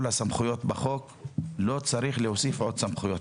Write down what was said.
הסמכויות ולא צריך להוסיף עוד סמכויות.